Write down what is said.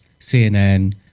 CNN